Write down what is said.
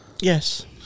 Yes